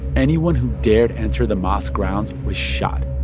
anyone who dared enter the mosque grounds was shot.